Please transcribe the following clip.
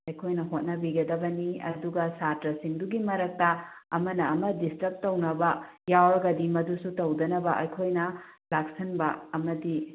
ꯑꯩꯈꯣꯏꯅ ꯍꯣꯠꯅꯕꯤꯒꯗꯕꯅꯤ ꯑꯗꯨꯒ ꯁꯥꯇ꯭ꯔꯁꯤꯡꯗꯨꯒꯤ ꯃꯔꯛꯇ ꯑꯃꯅ ꯑꯃ ꯗꯤꯁꯇꯔꯕ ꯇꯧꯅꯕ ꯌꯥꯎꯔꯒꯗꯤ ꯃꯗꯨꯁꯨ ꯇꯧꯗꯅꯕ ꯑꯩꯈꯣꯏꯅ ꯂꯥꯛꯁꯤꯟꯕ ꯑꯃꯗꯤ